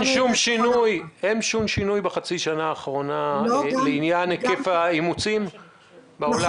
אין שום שינוי בחצי השנה האחרונה לעניין היקף האימוצים בעולם?